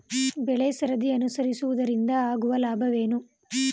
ಬೆಳೆಸರದಿ ಅನುಸರಿಸುವುದರಿಂದ ಆಗುವ ಲಾಭವೇನು?